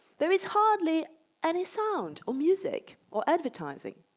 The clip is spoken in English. there is hardly any sound or music or advertising?